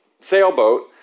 sailboat